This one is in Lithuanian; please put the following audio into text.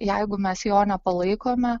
jeigu mes jo nepalaikome